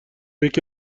یکی